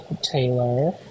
Taylor